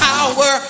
Power